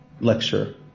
lecture